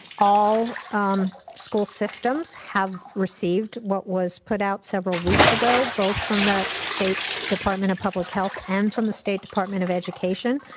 all um school systems have received what was put out several weeks ago, both from the state department of public health and from the state department of education.